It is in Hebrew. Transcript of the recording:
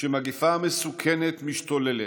כשמגפה מסוכנת משתוללת,